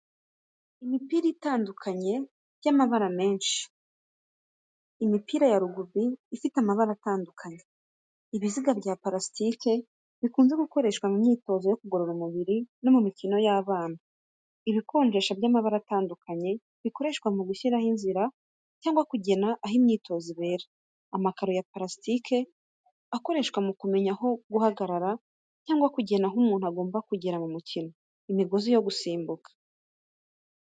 Imipira itandukanye y’amabara menshi. Imipira ya rugby ifite amabara atandukanye. Ibiziga bya plastique bikunze gukoreshwa mu myitozo yo kugorora umubiri no mu mikino y’abana. Ibikonjesha by’amabara atandukanye, bikoreshwa mu gushyiraho inzira cyangwa kugena aho imyitozo ibera. Amakaro ya plastique akoreshwa mu kumenya aho guhagarara cyangwa kugenera aho umuntu agomba kugera mu mukino. Imigozi yo gusimbuka.